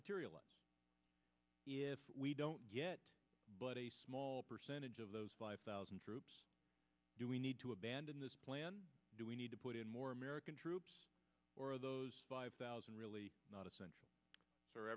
materialize if we don't get but a small percentage of those five thousand troops we need to abandon this plan do we need to put in more american troops or those five thousand really not essential or